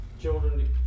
children